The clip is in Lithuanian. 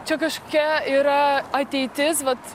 čia kažkokia yra ateitis vat